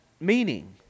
meaning